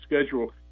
schedule